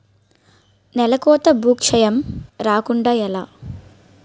నేలకోత భూక్షయం రాకుండ ఎలా?